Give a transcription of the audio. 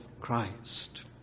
Christ